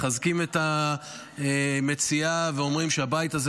מחזקים את המציעה ואומרים שהבית הזה